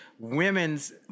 women's